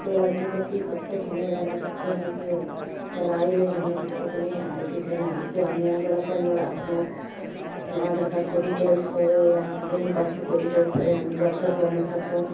त्यसको लागि कति कचकच हुने गर्न गर्ने थियो तर अहिले भने त्यस्तो कुनै आपत्ति छैन आफू हामी यहाँबाट फोनबाट आफ्नो आफ्नो आधार कार्डको डिटेल्स भयो या ब्याङ्क पासबुकको डिटेल्स भयो हामी वाट्सएप गर्नसक्छौँ